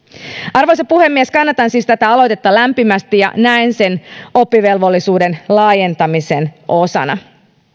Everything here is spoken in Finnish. arvoisa puhemies kannatan siis tätä aloitetta lämpimästi ja näen sen oppivelvollisuuden laajentamisen osana